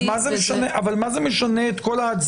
אז מה זה משנה את כל ההצדקה?